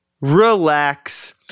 relax